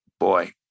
Boy